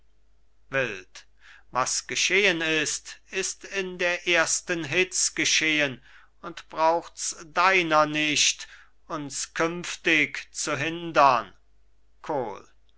wild was geschehen ist ist in der ersten hitz geschehen und braucht's deiner nicht uns künftig zu hindern kohl